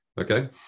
okay